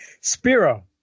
Spiro